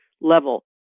level